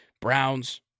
Browns